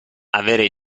avere